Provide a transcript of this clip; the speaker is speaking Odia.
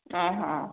ଓଃ